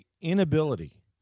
inability